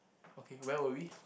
okay where were we